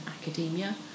academia